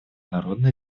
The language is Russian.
народно